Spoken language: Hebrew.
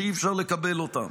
שאי-אפשר לקבל אותם.